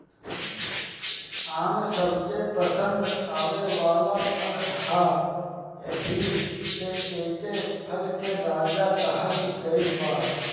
आम सबके पसंद आवे वाला फल ह एही से एके फल के राजा कहल गइल बा